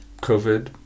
COVID